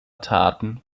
taten